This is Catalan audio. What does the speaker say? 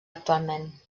actualment